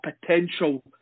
potential